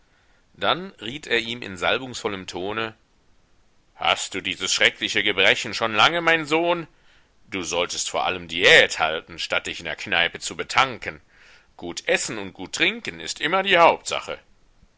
dann riet er ihm in salbungsvollem tone hast du dieses schreckliche gebrechen schon lange mein sohn du solltest vor allem diät halten statt dich in der kneipe zu betanken gut essen und gut trinken ist immer die hauptsache